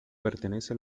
pertenece